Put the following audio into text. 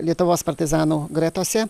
lietuvos partizanų gretose